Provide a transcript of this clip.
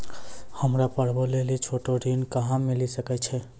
हमरा पर्वो लेली छोटो ऋण कहां मिली सकै छै?